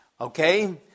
Okay